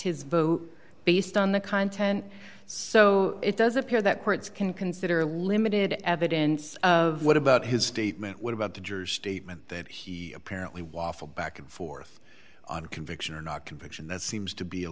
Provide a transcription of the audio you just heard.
his vote based on the content so it does appear that courts can consider limited evidence of what about his statement what about the jurors statement that he apparently waffled back and forth on a conviction or not conviction that seems to be a